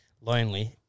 lonely